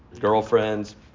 girlfriends